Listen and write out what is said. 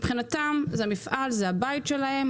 מבחינתם המפעל זה הבית שלהם,